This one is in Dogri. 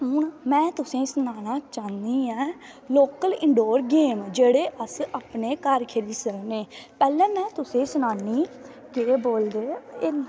हून में तुसेंगी सनाना चाह्नी ऐं लोकल इनडोर गेम जेह्के घर खेली सकने पैह्लैं में तुसेंगी सनानी केह् बोलदे